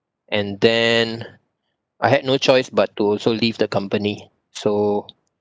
and then I had no choice but to also leave the company so